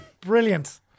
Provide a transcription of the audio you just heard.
Brilliant